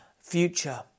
future